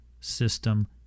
system